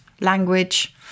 language